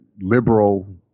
liberal